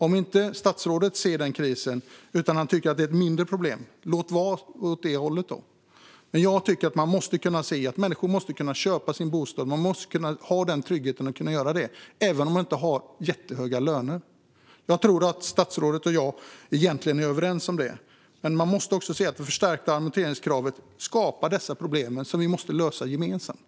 Låt vara att statsrådet inte ser krisen utan tycker att det är ett mindre problem, men jag tycker att människor måste kunna köpa sin bostad. De måste kunna ha denna trygghet, även om de inte har jättehöga löner. Jag tror att statsrådet och jag egentligen är överens om detta, men man måste se att det förstärkta amorteringskravet skapar problem som vi måste lösa gemensamt.